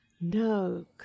no